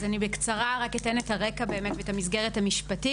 אני בקצרה רק אתן לי את הרקע והמסגרת המשפטית.